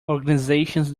organizations